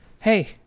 hey